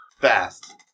Fast